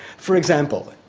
for example,